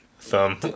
Thumb